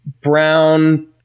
Brown